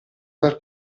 far